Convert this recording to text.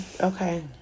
okay